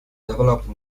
developed